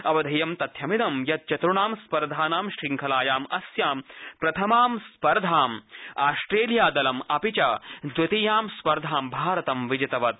अवधेयं तथ्यमिदं यत् चतुर्णा स्पर्धानां श्रृंखलायामस्यां प्रथमां स्पर्धां ऑस्ट्रेलिया दलं अपि च द्वितीयां स्पर्धा भारतं विजितवत्